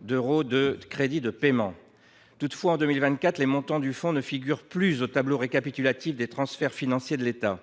d’euros en crédits de paiement. Toutefois, les montants du fonds ne figurent plus au tableau des concours financiers de l’État,